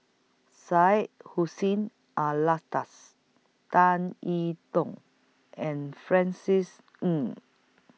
Syed Hussein Alatas Tan E Tong and Francis Ng